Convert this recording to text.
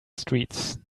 streets